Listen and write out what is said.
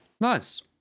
Nice